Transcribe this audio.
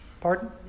Pardon